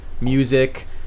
music